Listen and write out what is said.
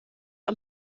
ond